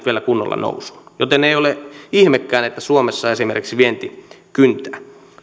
vielä kunnolla nousuun joten ei ole ihmekään että suomessa esimerkiksi vienti kyntää